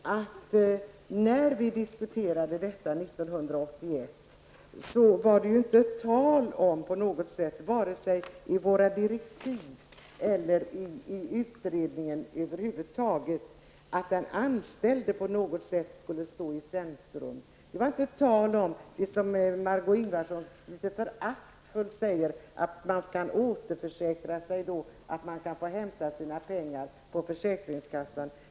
När vi diskuterade detta 1981, Margó Ingvardsson, var det inte, vare sig i våra direktiv eller i utredningen över huvud taget, tal om att den anställde på något sätt skulle stå i centrum. Det var inte tal om att man, som Margó Ingvardsson litet föraktfullt säger, kunde återförsäkra sig och hämta sina pengar på försäkringskassan.